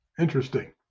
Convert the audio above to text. Interesting